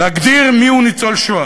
להגדיר מיהו ניצול שואה,